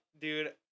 dude